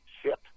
SHIP